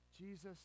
Jesus